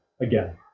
again